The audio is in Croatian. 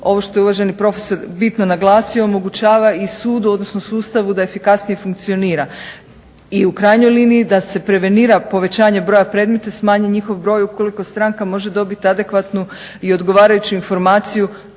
ovo što je uvaženi profesor bitno naglasio, omogućava i sudu, odnosno sustavu da efikasnije funkcionira i u krajnjoj liniji da se prevenira povećanje broja predmeta, smanji njihov broj. Ukoliko stranka može dobit adekvatnu i odgovarajuću informaciju